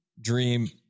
dream